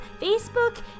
Facebook